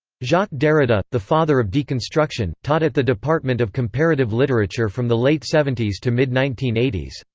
jacques derrida, the father of deconstruction, taught at the department of comparative literature from the late seventies to mid nineteen eighty s.